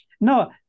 No